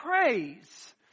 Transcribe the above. praise